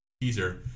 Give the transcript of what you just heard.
teaser